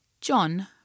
John